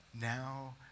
now